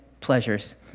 pleasures